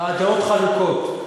הדעות חלוקות.